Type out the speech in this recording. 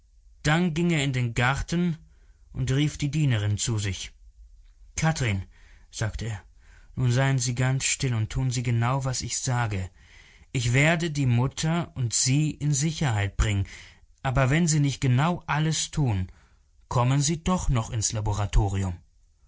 dann ging er in den garten und rief die dienerin zu sich kathrin sagte er nun seien sie ganz still und tun sie genau was ich sage ich werde die mutter und sie in sicherheit bringen aber wenn sie nicht genau alles tun kommen sie doch noch ins laboratorium